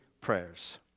prayers